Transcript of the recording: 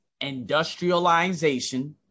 industrialization